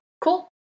cool